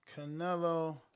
Canelo